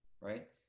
right